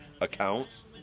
accounts